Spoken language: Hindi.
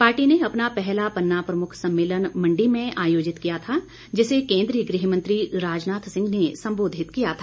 पार्टी ने अपना पहला पन्ना प्रमुख सम्मेलन मंडी में आयोजित किया था जिसे केन्द्रीय गृह मंत्री राजनाथ सिंह ने संबोधित किया था